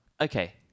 okay